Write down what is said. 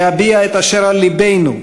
להביע את אשר על לבנו,